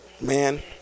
man